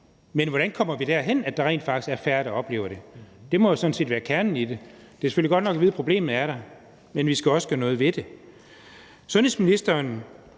men hvordan kommer vi hen til, at der rent faktisk er færre, der oplever det? Det må sådan set være kernen i det. Det er selvfølgelig godt nok at vide, at problemet er der, men vi skal også gøre noget ved det. Af sundhedsministeren